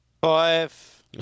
Five